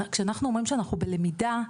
כשאנחנו אומרים שאנחנו בלמידה,